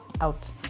out